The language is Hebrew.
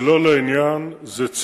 זה לא לעניין, זאת ציניות,